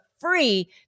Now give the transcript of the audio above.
free